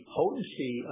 potency